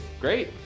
Great